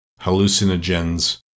hallucinogens